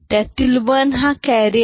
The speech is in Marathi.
त्यातील 1 हा कॅरी आहे